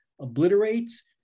obliterates